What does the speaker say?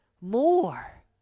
more